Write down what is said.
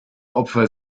opfer